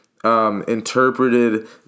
Interpreted